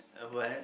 uh what